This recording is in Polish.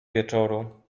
wieczoru